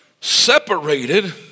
separated